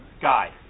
guy